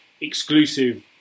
exclusive